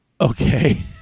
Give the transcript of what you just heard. Okay